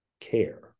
care